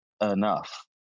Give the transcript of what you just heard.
enough